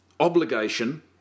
Obligation